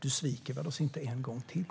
Du sviker oss väl inte en gång till?